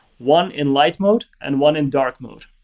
one in light mode and one in dark mode.